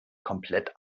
komplett